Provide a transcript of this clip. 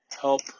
Help